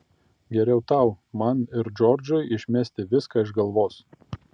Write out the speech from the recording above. geriau tau man ir džordžui išmesti viską iš galvos